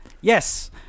Yes